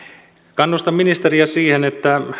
kannustan ministeriä siihen että